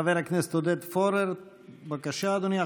חבר הכנסת עודד פורר, בבקשה, אדוני.